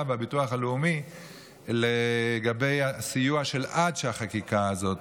והביטוח הלאומי לגבי הסיוע עד שהחקיקה הזאת